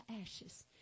ashes